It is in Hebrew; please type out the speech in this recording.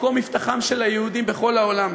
מקור מבטחם של היהודים בכל העולם,